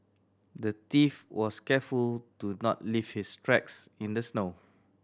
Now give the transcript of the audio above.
the thief was careful to not leave his tracks in the snow